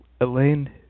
Elaine